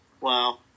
Wow